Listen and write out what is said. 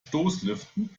stoßlüften